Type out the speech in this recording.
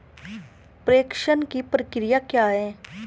प्रेषण की प्रक्रिया क्या है?